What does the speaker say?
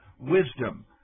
wisdom